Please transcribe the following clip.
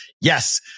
yes